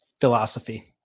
Philosophy